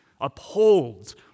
upholds